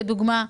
כדוגמה,